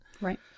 Right